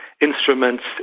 instruments